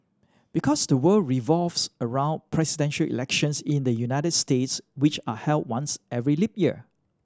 because the world revolves around presidential elections in the United States which are held once every leap year